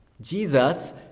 jesus